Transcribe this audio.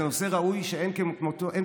זה נושא ראוי מאין כמותו.